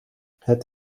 het